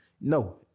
No